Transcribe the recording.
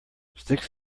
sticks